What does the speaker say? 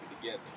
together